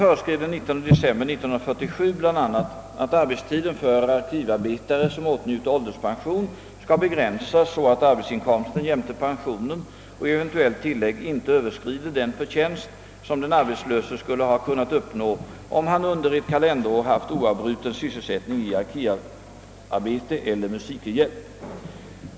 ber 1947 bl.a. att arbetstiden för arkivarbetare som åtnjuter ålderspension skall begränsas så att arbetsinkomsten jämte pensionen och eventuellt tillägg inte överskrider den förtjänst, som den arbetslöse skulle ha kunnat uppnå, om han under ett kalenderår haft oavbruten sysselsättning i arkivarbete eller musikerhjälp.